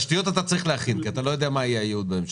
תשתיות אתה צריך להכין כי אתה לא יודע מה יהיה הייעוד בהמשך.